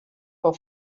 for